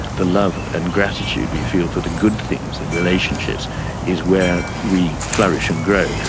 the love and gratitude we feel for the good things in relationships is where we flourish and grow,